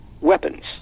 weapons